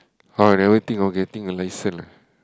oh I never think of getting a license lah